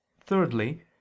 Thirdly